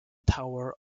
town